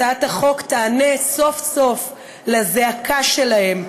הצעת החוק תיענה סוף-סוף לזעקה שלהם,